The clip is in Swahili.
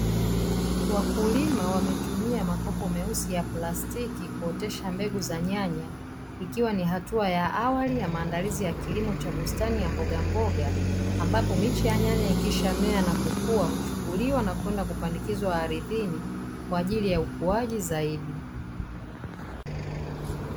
Wakulima wametumia makopo meusi ya plastiki kuotesha mbegu za nyanya ikiwa ni hatua ya awali ya maandalizi ya kilimo cha bustani ya mbogamboga ambapo miche ya nyanya ikishamea na kukua huchukuliwa na kwenda kupandikizwa ardhini kwa ajili ya ukuaji zaidi.